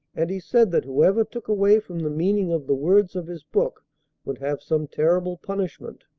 and he said that whoever took away from the meaning of the words of his book would have some terrible punishment,